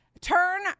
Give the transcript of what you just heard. turn